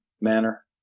manner